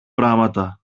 πράματα